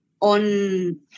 on